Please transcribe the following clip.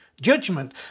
judgment